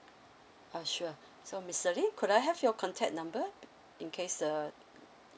uh sure so miss serene could I have your contact number in case the